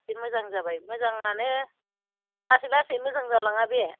एसे मोजां जाबाय मोजाङानो लासै लासै मोजां जालाङा बे